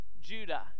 Judah